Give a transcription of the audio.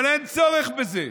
אבל אין צורך בזה,